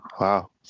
Wow